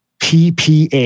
PPA